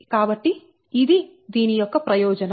కాబట్టి ఇది యొక్క ప్రయోజనం